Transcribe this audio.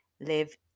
live